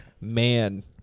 Man